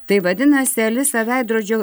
tai vadinasi alisa veidrodžio